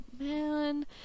Man